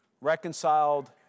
reconciled